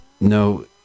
No